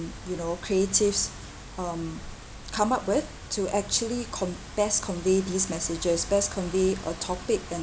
you know creatives um come up with to actually con~ best convey these messages best convey a topic